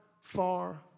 far